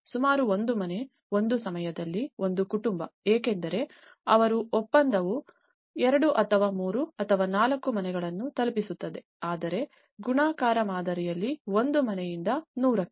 ಸುಮಾರು ಒಂದು ಮನೆ ಒಂದು ಸಮಯದಲ್ಲಿ ಒಂದು ಕುಟುಂಬ ಏಕೆಂದರೆ ಅವರ ಒಪ್ಪಂದವು 2 ಅಥವಾ 3 ಅಥವಾ 4 ಮನೆಗಳನ್ನು ತಲುಪಿಸುತ್ತದೆ ಆದರೆ ಗುಣಾಕಾರ ಮಾದರಿಯಲ್ಲಿ ಒಂದು ಮನೆಯಿಂದ 100 ಕ್ಕೆ